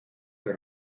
que